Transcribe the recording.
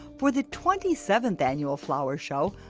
for the twenty seventh annual flower show.